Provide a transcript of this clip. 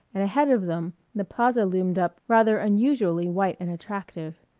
and ahead of them the plaza loomed up rather unusually white and attractive.